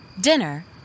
Dinner